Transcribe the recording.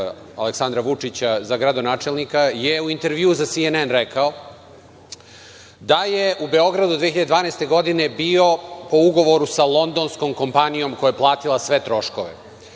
Aleksandra Vučića za gradonačelnika, je u intervju za SNN rekao da je u Beogradu 2012. godine bio po ugovoru sa londonskom kompanijom koja je platila sve troškove.